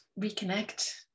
reconnect